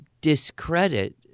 discredit